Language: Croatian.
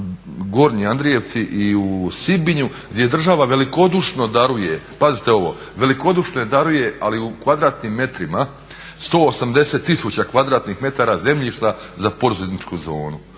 Gornji Andrijevci i u Sibinju gdje država velikodušno daruje, pazite ovo, velikodušno daruje ali u kvadratnim metrima, 180 000 kvadratnih metara zemljišta za poduzetničku zonu.